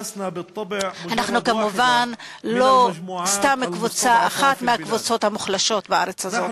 אנחנו כמובן לא סתם קבוצה אחת מהקבוצות המוחלשות בארץ הזאת.